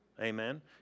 Amen